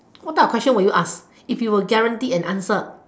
what type of question would you ask if you were guarantee a answer